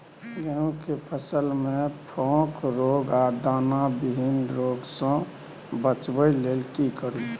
गेहूं के फसल मे फोक रोग आ दाना विहीन रोग सॅ बचबय लेल की करू?